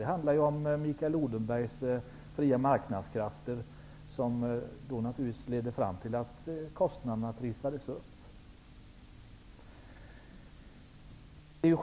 Det handlar om Mikael Odenbergs fria marknadskrafter, som naturligtvis ledde fram till att kostnaderna trissades upp.